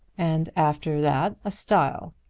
and after that a stile.